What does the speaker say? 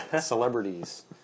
celebrities